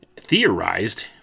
theorized